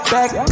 back